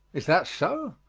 is that so?